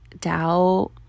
doubt